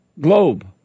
Globe